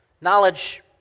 Knowledge